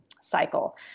cycle